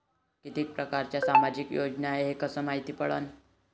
कितीक परकारच्या सामाजिक योजना हाय कस मायती पडन?